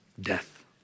Death